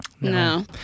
No